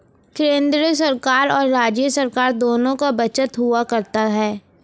केन्द्र सरकार और राज्य सरकार दोनों का बजट हुआ करता है